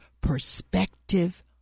perspective